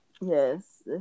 Yes